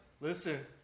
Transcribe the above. listen